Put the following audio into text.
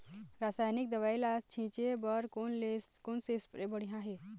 रासायनिक दवई ला छिचे बर कोन से स्प्रे बढ़िया हे?